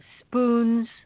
spoons